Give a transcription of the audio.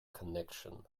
connection